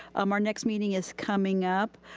um our next meeting is coming up.